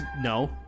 no